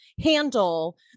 handle